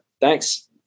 thanks